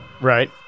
Right